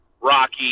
Rocky